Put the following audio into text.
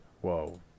Whoa